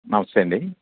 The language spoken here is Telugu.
నమస్తే అండి